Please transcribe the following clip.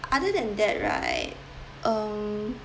other than that right um